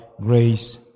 grace